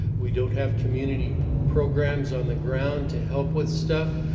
we don't have community programs on the ground to help with stuff.